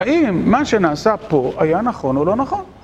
האם מה שנעשה פה היה נכון או לא נכון?